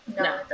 No